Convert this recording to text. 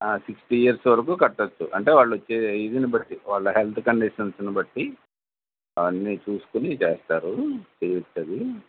sixty years వరకు కట్టచ్చు అంటే వాళ్ళు ఇదిని బట్టి వాళ్ళ హెల్త్ కండీషన్స్ను బట్టి అవన్నీ చూసుకుని చేస్తారు చెయ్యొచ్చది